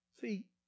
See